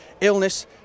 illness